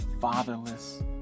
Fatherless